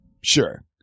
Sure